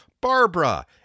Barbara